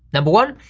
number one,